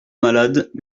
malades